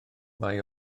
mae